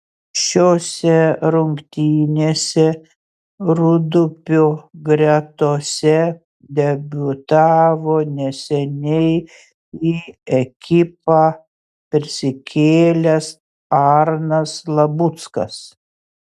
šiose rungtynėse rūdupio gretose debiutavo neseniai į ekipą persikėlęs arnas labuckas